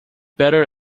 better